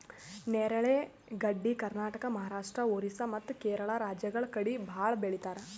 ನೇರಳೆ ಗಡ್ಡಿ ಕರ್ನಾಟಕ, ಮಹಾರಾಷ್ಟ್ರ, ಓರಿಸ್ಸಾ ಮತ್ತ್ ಕೇರಳ ರಾಜ್ಯಗಳ್ ಕಡಿ ಭಾಳ್ ಬೆಳಿತಾರ್